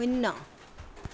শূন্য